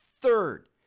Third